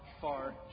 far